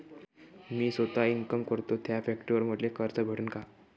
मी सौता इनकाम करतो थ्या फॅक्टरीवर मले कर्ज भेटन का?